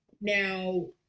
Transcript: Now